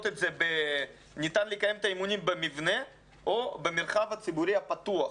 ניתן לקיים את האימונים במבנה או במרחב הציבורי הפתוח,